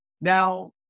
Now